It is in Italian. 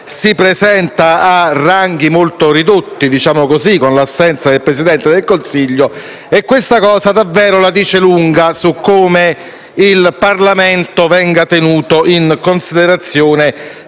si presenta a ranghi molto ridotti; è assente infatti il Presidente del Consiglio e questo fatto davvero la dice lunga su come il Parlamento venga tenuto in considerazione